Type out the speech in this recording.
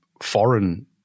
foreign